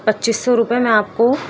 پچیس سو روپئے میں آپ کو